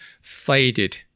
faded